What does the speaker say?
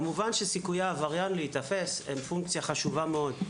כמובן שהסיכויים של עבריין להיתפס הם פונקציה חשובה מאוד,